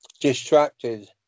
distracted